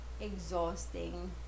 exhausting